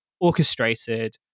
orchestrated